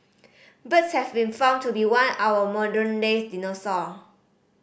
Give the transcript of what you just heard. birds have been found to be one our modern day dinosaur